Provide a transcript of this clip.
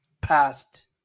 past